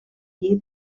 lli